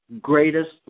greatest